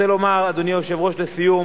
אדוני היושב-ראש, אני רוצה לומר לסיום